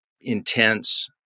intense